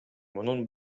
мунун